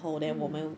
mm